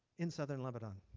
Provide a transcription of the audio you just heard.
in southern lebanon